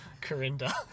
corinda